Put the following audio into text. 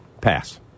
Pass